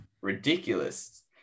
ridiculous